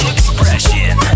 Expression